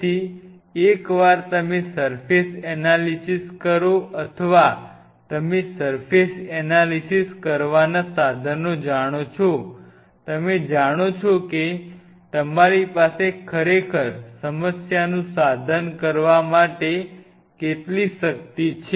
તેથી એકવાર તમે સર્ફેસ એનાલિસિસ કરો અથવા તમે સર્ફેસ એનાલિસિસ કરવાના સાધનો જાણો છો તમે જાણો છો કે તમારી પાસે ખરેખર સમસ્યાનું સમાધાન કરવા માટે કેટલી શક્તિ છે